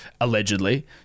allegedly